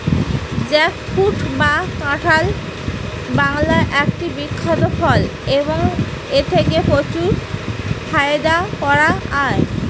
jackfruit বা কাঁঠাল বাংলার একটি বিখ্যাত ফল এবং এথেকে প্রচুর ফায়দা করা য়ায়